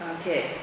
Okay